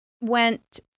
went